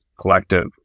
collective